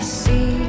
see